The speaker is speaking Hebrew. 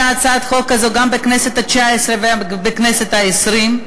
הצעת חוק כזו גם בכנסת התשע-עשרה וגם בכנסת העשרים,